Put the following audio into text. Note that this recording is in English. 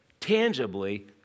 tangibly